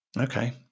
Okay